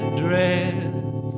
dress